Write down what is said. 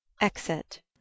exit